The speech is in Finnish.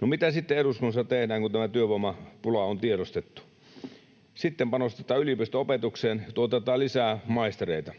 No, mitä sitten eduskunnassa tehdään, kun tämä työvoimapula on tiedostettu? Sitten panostetaan yliopisto-opetukseen, tuotetaan lisää maistereita.